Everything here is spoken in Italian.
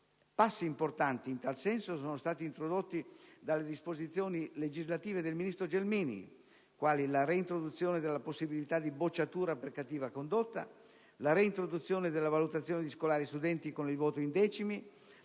Passi importanti in tal senso sono stati introdotti dalle disposizioni legislative del ministro Gelmini, quali la reintroduzione della possibilità di bocciatura per cattiva condotta, la reintroduzione della valutazione di scolari e studenti con il voto in decimi,